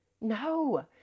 no